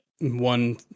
one